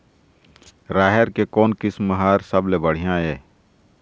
राहेर के कोन किस्म हर सबले बढ़िया ये?